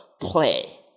play